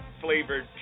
flavored